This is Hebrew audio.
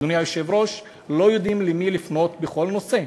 אדוני היושב-ראש, לא יודעים למי לפנות בכל נושא,